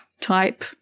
type